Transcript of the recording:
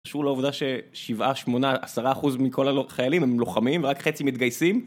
קשור לעובדה ש7, 8, 10 אחוז מכל החיילים הם לוחמים ורק חצי מתגייסים